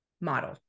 model